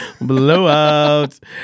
Blowout